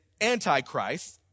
antichrist